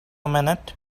minute